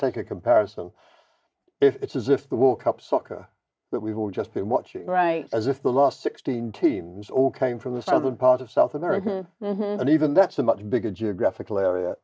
take a comparison it's as if the world cup soccer that we've all just been watching right as if the last sixteen teams all came from the southern part of south america and even that's a much bigger geographical area